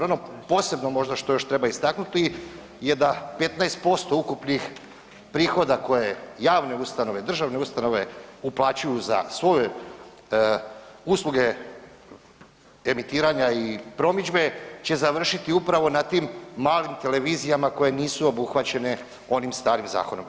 Ono to još možda posebno treba istaknuti je da 15% ukupnih prihoda koje javne, državne ustanove uplaćuju za svoje usluge emitiranja i promidžbe će završiti upravo na tim malim televizijama koje nisu obuhvaćene onim starim zakonom.